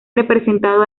representado